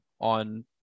on